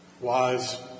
wise